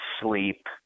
Sleep